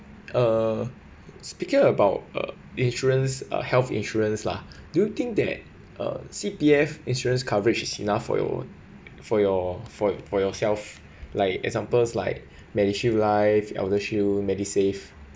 uh speaking about uh insurance uh health insurance lah do you think that uh C_P_F insurance coverage is enough for your for your for your for yourself like examples like medishield life eldershield medisave